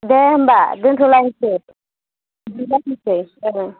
दे होमबा दोनथ'लायसै बिदिनो जाथोंसै